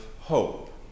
hope